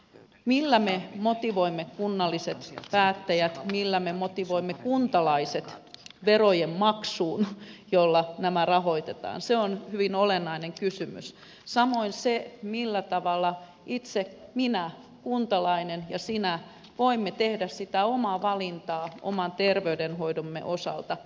millä me motivoimme kunnalliset päättäjät millä me motivoimme kuntalaiset verojen maksuun jolla nämä rahoitetaan se on hyvin olennainen kysymys samoin se millä tavalla kuntalaisena minä itse ja sinä voimme tehdä sitä omaa valintaa oman terveydenhoitomme osalta